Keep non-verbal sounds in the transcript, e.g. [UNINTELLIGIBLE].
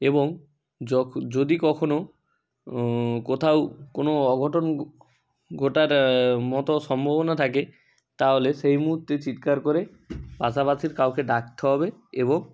এবং [UNINTELLIGIBLE] যদি কখনো কোথাও কোনো অঘটন ঘটার মতো সম্ভাবনা থাকে তাহলে সেই মুহূর্তে চিৎকার করে পাশাপাশির কাউকে ডাকতে হবে এবং